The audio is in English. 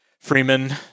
Freeman